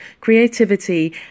creativity